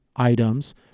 items